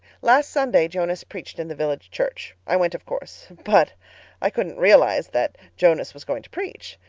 last sunday jonas preached in the village church. i went, of course, but i couldn't realize that jonas was going to preach.